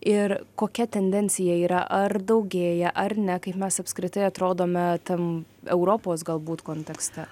ir kokia tendencija yra ar daugėja ar ne kaip mes apskritai atrodome ten europos galbūt kontekste